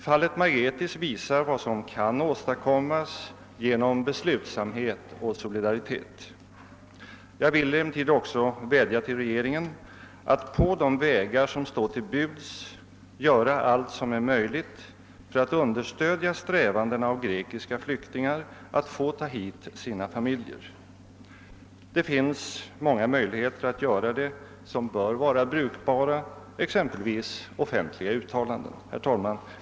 Fallet Margetis visar vad som kan åstadkommas genom beslutsamhet och solidaritet. Jag vill dock vädja till regeringen att på de vägar som står till buds göra allt som är möjligt för att understödja strävandena av grekiska flyktingar att få ta hit sina familjer. Det finns många möjligheter att göra det som bör vara brukbara, exempelvis offentliga uttalanden. Herr talman!